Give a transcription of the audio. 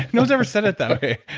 no one's ever said it that way.